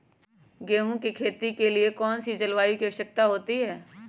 गेंहू की खेती के लिए कौन सी जलवायु की आवश्यकता होती है?